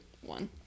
one